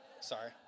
Sorry